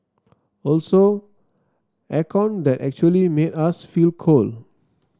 also air con that actually made us feel cold